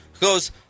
goes